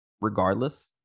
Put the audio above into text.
regardless